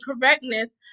correctness